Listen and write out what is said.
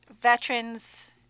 veterans